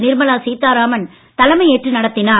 நிர்மலா சீதாராமன் தலைமை ஏற்று நடத்தினார்